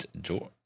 George